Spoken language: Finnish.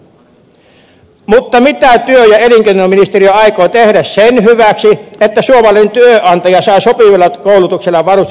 mutta mitä työ ja elinkeinoministeriö aikoo tehdä sen hyväksi että suomalainen työnantaja saa sopivalla koulutuksella varustettua työvoimaa